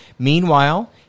Meanwhile